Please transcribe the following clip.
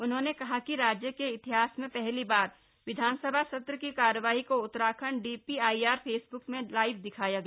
उन्होंने कहा कि राज्य के इतिहास में पहली बार विधानसभा सत्र की कार्यवाही को उत्तराखंड डीआईपीआर फेसब्क पेज में लाइव दिखाया गया